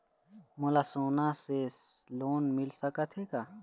मोला सोना से लोन मिल सकत हे का?